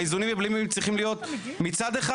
האיזונים והבלמים צריכים להיות מצד אחד?